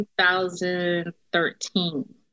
2013